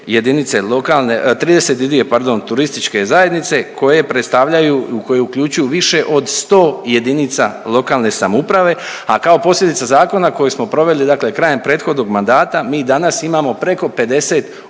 predstavljaju i koje uključuju više od 100 jedinice lokalne samouprave, a kao posljedica zakona koji smo proveli dakle krajem prethodnog mandata, mi danas imamo preko 50